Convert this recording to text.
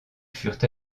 furent